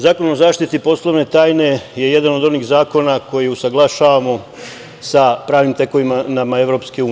Zakon o zaštiti poslovne tajne je jedan od onih zakona koji usaglašavamo sa pravnim tekovinama EU.